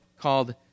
called